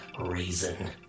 reason